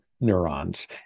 neurons